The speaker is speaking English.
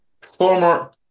Former